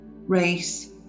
Race